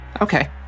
Okay